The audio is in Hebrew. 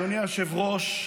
אדוני היושב-ראש,